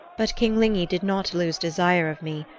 but king lygni did not lose desire of me,